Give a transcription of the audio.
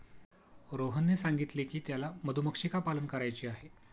रोहनने सांगितले की त्याला मधुमक्षिका पालन करायचे आहे